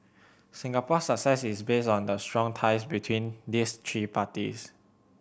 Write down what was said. Singapore's success is based on the strong ties between these three parties